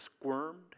squirmed